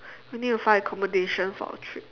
I need to find accommodation for our trip